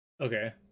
Okay